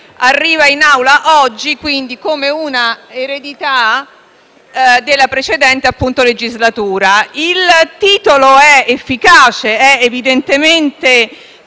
arriva in Aula, quindi, come una eredità della precedente legislatura. Il titolo è efficace ed è evidentemente